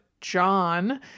John